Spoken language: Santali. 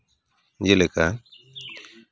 ᱡᱮᱞᱮᱠᱟ